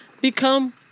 become